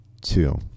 two